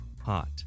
hot